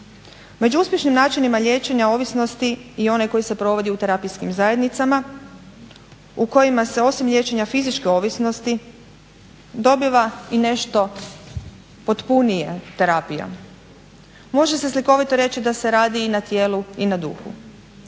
Među uspješnim načinima liječenja ovisnosti i onaj koji se provodi u terapijskim zajednicama u kojima se osim liječenja fizičke ovisnosti dobiva i nešto potpunija terapija. Može se slikovito reći da se radi i na tijelu i na duhu.